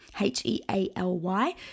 H-E-A-L-Y